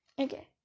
Okay